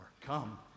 Come